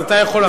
אז אתה יכול,